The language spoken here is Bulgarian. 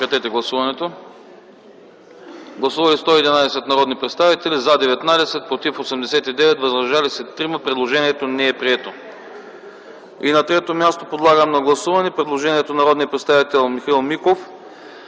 да гласуваме. Гласували 111 народни представители: за 19, против 89, въздържали се 3. Предложението не е прието. На трето място, подлагам на гласуване предложението на народния представител Михаил Миков